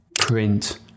print